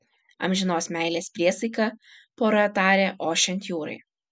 amžinos meilės priesaiką pora tarė ošiant jūrai